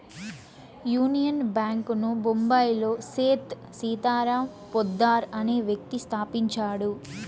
union Bank ను బొంబాయిలో సేథ్ సీతారాం పోద్దార్ అనే వ్యక్తి స్థాపించాడు